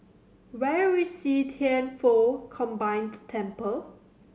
where is See Thian Foh Combined Temple